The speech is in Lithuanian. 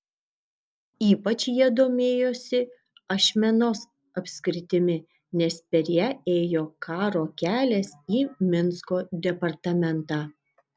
ypač jie domėjosi ašmenos apskritimi nes per ją ėjo karo kelias į minsko departamentą